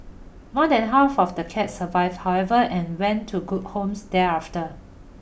more than half of the cats survived however and went to good homes thereafter